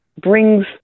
brings